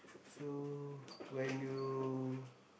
so when you